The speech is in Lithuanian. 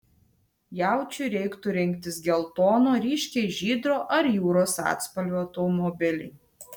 jaučiui reiktų rinktis geltono ryškiai žydro ar jūros atspalvio automobilį